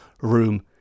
room